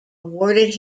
awarded